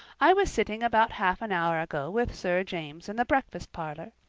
i was sitting about half an hour ago with sir james in the breakfast parlour,